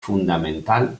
fundamental